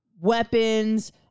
weapons